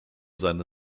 seine